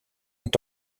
est